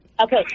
okay